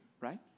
Right